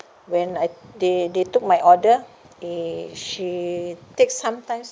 when I they they took my order eh she take some times